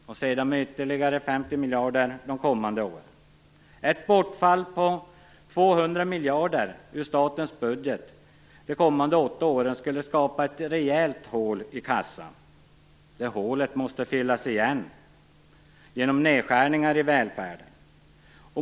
Sedan vill man sänka med ytterligare 50 miljarder under de följande åren. Ett bortfall på 200 miljarder kronor ur statens budget under de kommande åtta åren skulle skapa ett jättehål i kassan. Det hålet måste fyllas igen genom nedskärningar i välfärden.